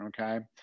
okay